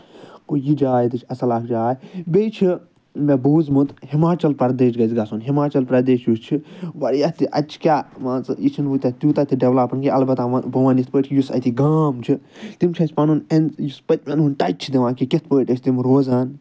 گوٚو یہِ جاے تہِ چھِ اَصٕل اکھ جاے بیٚیہِ چھُ مےٚ بوٗزمُت ہِماچل پردیش گژھِ گژھُن ہِماچل پرٛٮ۪دیش یُس چھِ واریاہ تہِ اَتہِ چھِ کیاہ مان ژٕ یہِ چھُنہٕ تیوٗتاہ تہِ ڈٮ۪ولَپ کینٛہہ اَلبتہ بہٕ وَنہٕ یِتھ پٲٹھۍ یُس اَتہِ گام چھُ تِم چھِ اَسہِ پَنُن اٮ۪ن یُس پٔتۍمٮ۪ن ہُند ٹَچ دِوان کہِ کِتھ پٲٹھۍ ٲسۍ تِم روزان